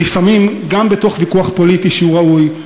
ולפעמים גם בתוך ויכוח פוליטי שהוא ראוי,